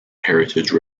heritage